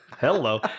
Hello